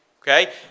Okay